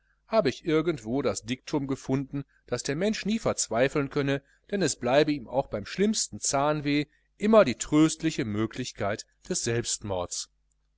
habe ich irgendwo das diktum gefunden daß der mensch nie verzweifeln könne denn es bleibe ihm auch beim schlimmsten zahnweh immer die tröstliche möglichkeit des selbstmordes